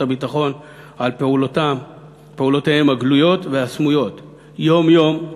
הביטחון על פעולותיהם הגלויות והסמויות יום-יום,